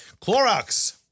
Clorox